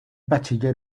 bachiller